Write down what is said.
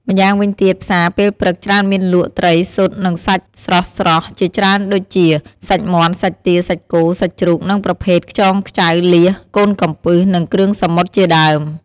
ម្យ៉ាងវិញទៀតផ្សារពេលព្រឹកច្រើនមានលក់ ត្រី ស៊ុត និងសាច់ស្រស់ៗជាច្រើនដូចជា សាច់មាន់ សាច់ទា សាច់គោ សាច់ជ្រូក និងប្រភេទ ខ្យងខ្ចៅ លៀស កូនកំពឹសនិងគ្រឿងសមុទ្រជាដើម។